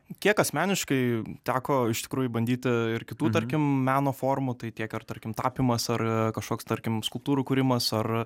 kiek asmeniškai teko iš tikrųjų bandyta ir kitų tarkim meno forma tai tiek ar tarkim tapymas ar kažkoks tarkim skulptūrų kūrimas ar